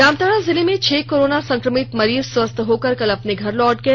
जामताड़ा जिले में छह कोरोना संकमित मरीज स्वस्थ होकर कल अपने घर लौट गए